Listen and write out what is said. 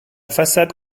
façade